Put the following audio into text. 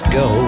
go